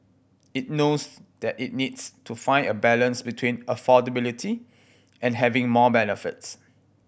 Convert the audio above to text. it knows that it needs to find a balance between affordability and having more benefits